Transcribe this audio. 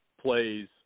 plays